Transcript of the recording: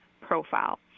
profile